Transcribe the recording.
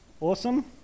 Awesome